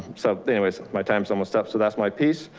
so anyways, my time's almost up. so that's my piece,